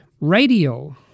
Radio